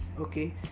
okay